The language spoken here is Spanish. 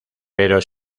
pero